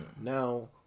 now